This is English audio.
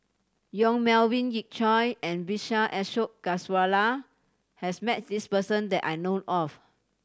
Yong Melvin Yik Chye and Vijesh Ashok Ghariwala has met this person that I know of